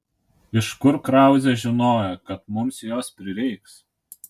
iš kur krauzė žinojo kad mums jos prireiks